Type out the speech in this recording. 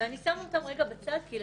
אני שמה אותם רגע בצד כי,